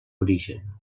origen